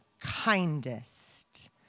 kindest